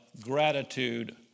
gratitude